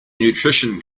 nutrition